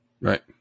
Right